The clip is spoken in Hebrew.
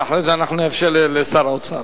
ואחרי זה נאפשר לשר האוצר.